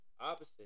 opposite